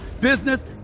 business